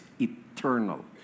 eternal